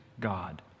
God